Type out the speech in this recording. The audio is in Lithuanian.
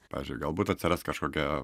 pavyzdžiui galbūt atsiras kažkokia